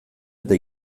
eta